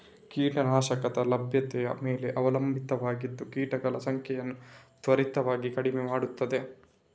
ಕೀಟ ನಾಶಕದ ಲಭ್ಯತೆಯ ಮೇಲೆ ಅವಲಂಬಿತವಾಗಿದ್ದು ಕೀಟಗಳ ಸಂಖ್ಯೆಯನ್ನು ತ್ವರಿತವಾಗಿ ಕಡಿಮೆ ಮಾಡುತ್ತದೆ